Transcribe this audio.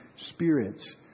spirits